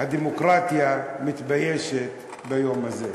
הדמוקרטיה מתביישת ביום הזה.